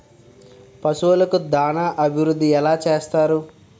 పశువులకు దాన అభివృద్ధి ఎలా చేస్తారు?